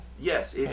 Yes